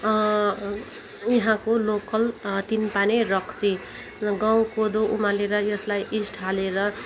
यहाँको लोकल तिनपाने रक्सी र गहुँ कोदो उमालेर यसलाई इस्ट हालेर